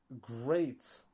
great